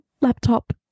laptop